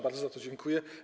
Bardzo za to dziękuję.